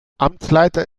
amtsleiter